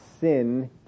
Sin